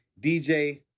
DJ